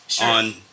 on